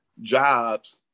jobs